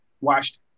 watched